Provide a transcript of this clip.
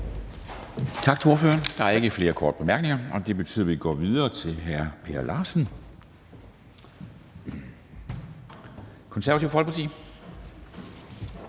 Tak til ordføreren. Der er ikke flere korte bemærkninger. Det betyder, at vi går videre til hr. Per Larsen, Konservative Folkeparti.